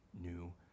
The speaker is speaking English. new